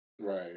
right